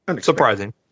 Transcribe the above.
surprising